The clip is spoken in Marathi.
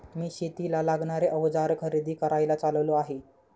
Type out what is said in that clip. मी शेतीला लागणारे अवजार खरेदी करायला चाललो आहे